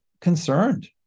concerned